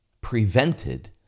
prevented